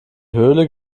höhle